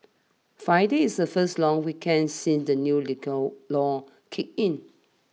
Friday is the first long weekend since the new liquor laws kicked in